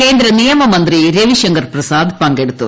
കേന്ദ്ര നിയമ മന്ത്രി രവിശങ്കർ പ്രസാദ് പങ്കെടുത്തു